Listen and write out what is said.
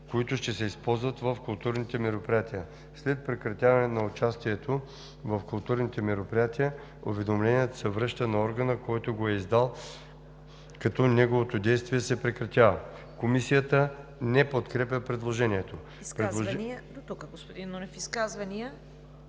които ще се използват в културните мероприятия. След прекратяване на участието в културните мероприятия, уведомлението се връща на органа, който го е издал, като неговото действие се прекратява.“ Комисията не подкрепя предложението. ПРЕДСЕДАТЕЛ ЦВЕТА КАРАЯНЧЕВА: